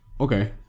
okay